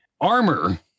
armor